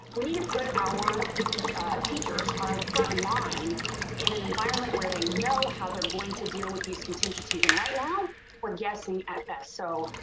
we need to put our teachers, our frontline in an environment where they know how they're going to deal with these contingencies. and right now we're guessing. so,